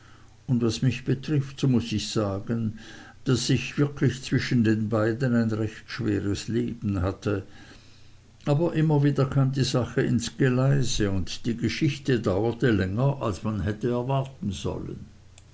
und was mich betrifft so muß ich sagen daß ich wirklich zwischen den beiden ein recht schweres leben hatte aber immer wieder kam die sache ins geleise und die geschichte dauerte länger als man hätte erwarten sollen